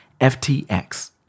FTX